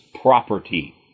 property